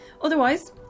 Otherwise